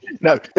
No